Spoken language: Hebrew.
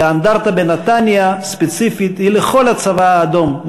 כי האנדרטה בנתניה ספציפית היא לכל הצבא האדום,